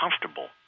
comfortable